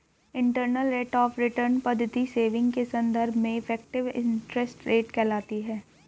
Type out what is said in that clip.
internal rate of return पद्धति saving के संदर्भ में इफेक्टिव इंटरेस्ट रेट कहलाती है